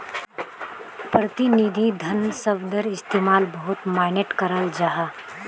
प्रतिनिधि धन शब्दर इस्तेमाल बहुत माय्नेट कराल जाहा